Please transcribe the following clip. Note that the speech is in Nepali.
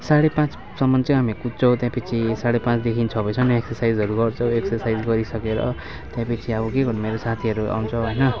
साँढे पाँचसम्म चाहिँ हामी कुद्छौँ त्यहाँपछि साँढे पाँचदेखि छ बजेसम्म एक्सर्साइजहरू गर्छौँ एकसर्साइज गरिसकेर त्यसपछि अब के गर्नु मेरो साथीहरू आउँछ होइन